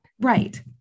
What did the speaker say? Right